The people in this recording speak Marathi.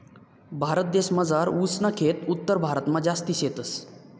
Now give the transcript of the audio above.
भारतदेसमझार ऊस ना खेत उत्तरभारतमा जास्ती शेतस